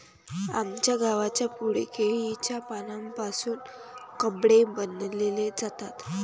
आमच्या गावाच्या पुढे केळीच्या पानांपासून कपडे बनवले जातात